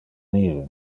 nive